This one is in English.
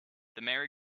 merry